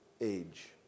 age